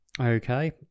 okay